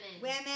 women